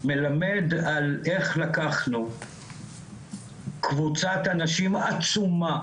מלמד על איך לקחנו קבוצת אנשים עצומה